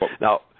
Now